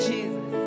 Jesus